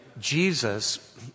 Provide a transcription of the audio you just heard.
Jesus